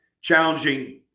challenging